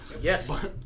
Yes